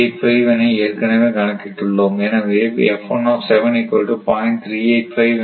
385 என ஏற்கனவே கணக்கிட்டு உள்ளோம்